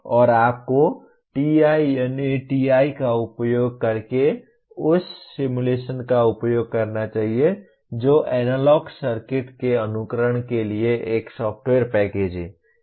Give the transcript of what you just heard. और आपको TINA TI का उपयोग करके उस सिमुलेशन का उपयोग करना चाहिए जो एनालॉग सर्किट के अनुकरण के लिए एक सॉफ्टवेयर पैकेज है